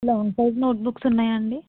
long size notebooks ఉన్నయా అండి